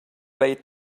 eight